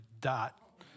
dot